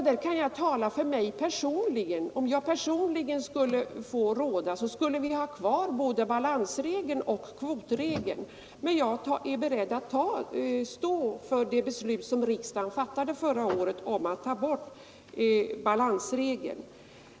Där kan jag tala för mig personligen. Om jag fick råda skulle vi ha kvar både balansregeln och kvotregeln, men jag är beredd att stå för det beslut riksdagen fattade förra året om att ta bort balansregeln.